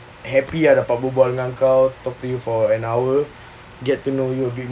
happy ah dapat berbual dengan kau talk to you for an hour get to know you a bit more